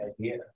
idea